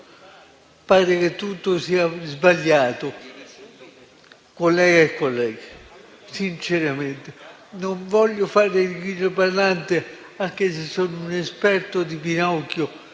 pare che tutto sia sbagliato. Colleghe e colleghi, sinceramente non voglio fare il grillo parlante, anche se sono un esperto di Pinocchio.